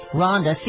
Rhonda